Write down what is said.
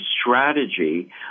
strategy